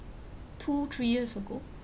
two three years ago